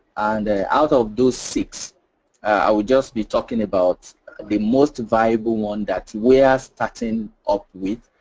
and out of those six i will just be talking about the most viable one that we are starting up with.